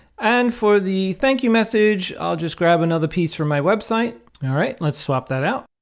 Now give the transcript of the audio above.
and for the thank you message. i'll just grab another piece from my website. all right. let's swap that out.